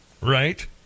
right